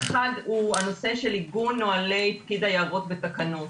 הנושא של עיגון נוהלי פקיד היערות בתקנות.